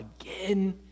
again